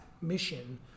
mission